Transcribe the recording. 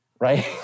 right